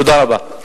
תודה רבה.